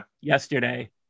yesterday